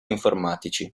informatici